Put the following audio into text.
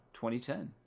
2010